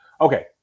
Okay